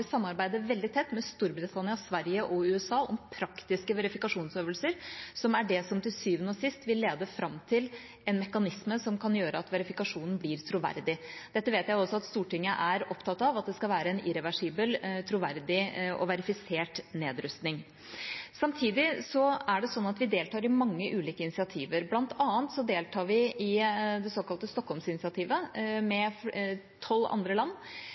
veldig tett med Storbritannia, Sverige og USA om praktiske verifikasjonsøvelser, som er det som til syvende og sist vil lede fram til en mekanisme som kan gjøre at verifikasjonen blir troverdig. Dette vet jeg også at Stortinget er opptatt av, at det skal være en irreversibel, troverdig og verifisert nedrustning. Samtidig er det sånn at vi deltar i mange ulike initiativer. Blant annet deltar vi i det såkalte Stockholmsinitiativet, med tolv andre land,